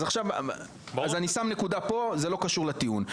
אז אני שם נקודה פה, זה לא קשור לטיעון.